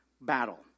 battle